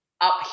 up